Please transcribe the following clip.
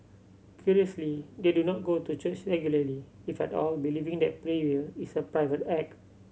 curiously they do not go to church regularly if at all believing that prayer is a private act